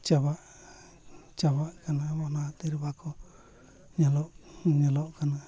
ᱪᱟᱵᱟ ᱪᱟᱵᱟᱜ ᱠᱟᱱᱟ ᱚᱱᱟ ᱠᱷᱟᱹᱛᱤᱨ ᱵᱟᱠᱚ ᱧᱮᱞᱚᱜ ᱧᱮᱞᱚᱜ ᱠᱟᱱᱟ